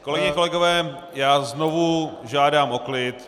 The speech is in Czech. Kolegyně, kolegové, znovu žádám o klid.